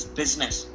business